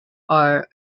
are